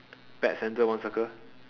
pet centre one circle